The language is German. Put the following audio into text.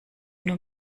nur